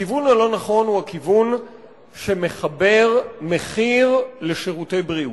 הכיוון הלא נכון הוא הכיוון שמחבר מחיר לשירותי בריאות.